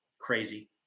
crazy